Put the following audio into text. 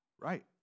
Right